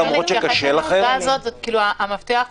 אבל אחרי שכבר הסברת לציבור שעשית משהו,